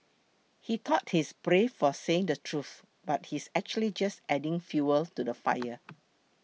he thought he's brave for saying the truth but he's actually just adding fuel to the fire